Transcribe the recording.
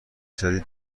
شدید